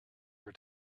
her